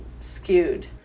skewed